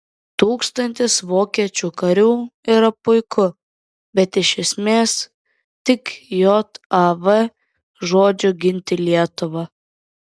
tūkstantis vokiečių karių yra puiku bet iš esmės tik jav žodžiu ginti lietuvą